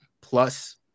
plus